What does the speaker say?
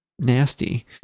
nasty